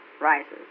rises